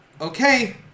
Okay